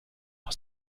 aus